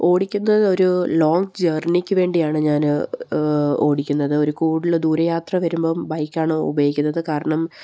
ഓടിക്കുന്നത് ഒരു ലോങ്ങ് ജേർണിക്ക് വേണ്ടിയാണ് ഞാൻ ഓടിക്കുന്നത് ഒരു കൂടുതൽ ദൂരം യാത്ര വരുമ്പം ബൈക്ക് ആണ് ഉപയോഗിക്കുന്നത് കാരണം